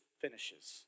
finishes